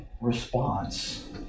response